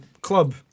club